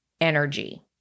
energy